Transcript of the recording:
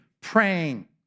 praying